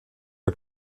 der